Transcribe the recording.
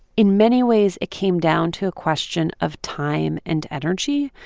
in many ways, it came down to a question of time and energy,